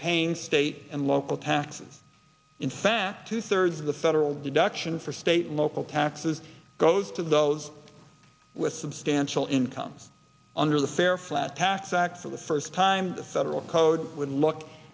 paying state and local taxes in fact two thirds of the federal deduction for state local taxes goes to those with substantial incomes under the fair flat tax act for the first time the federal code would look